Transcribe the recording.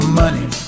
money